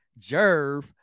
Jerv